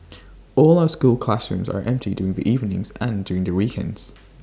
all our school classrooms are empty during the evenings and during the weekends